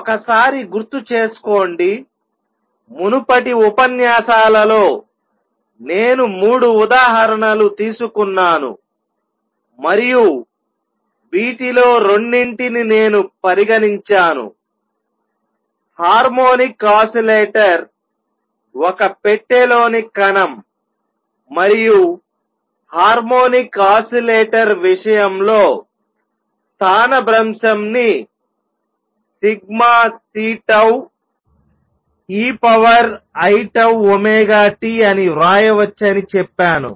ఒకసారి గుర్తు చేసుకోండి మునుపటి ఉపన్యాసాలలో నేను 3 ఉదాహరణలు తీసుకున్నాను మరియు వీటిలో రెండింటిని నేను పరిగణించాను హార్మోనిక్ ఆసిలేటర్ ఒక పెట్టెలోని కణం మరియు హార్మోనిక్ ఆసిలేటర్ విషయం లో స్థానభ్రంశం ని Cτ ei𝝉⍵t అని వ్రాయవచ్చని చెప్పాను